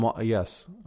Yes